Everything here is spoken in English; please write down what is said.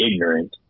ignorant